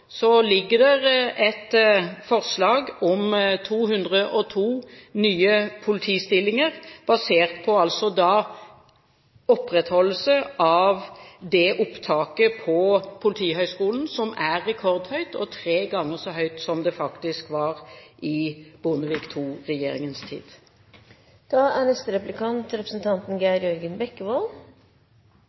så lavt at det vil faktisk ta noe tid før det er mulig å få et større antall tjenestemenn ut i arbeid. Men i budsjettet for neste år ligger det et forslag om 202 nye politistillinger, basert på opprettholdelse av opptaket på Politihøgskolen, som er rekordhøyt, og faktisk tre ganger så høyt som det